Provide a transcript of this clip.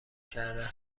کردن